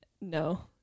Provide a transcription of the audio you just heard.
no